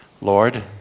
Lord